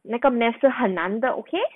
那个 math 是很难的 okay